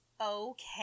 okay